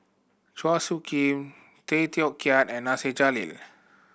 Chua Soo Khim Tay Teow Kiat and Nasir Jalil